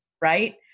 right